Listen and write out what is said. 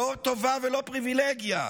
לא טובה ולא פריבילגיה.